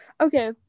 okay